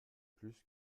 plus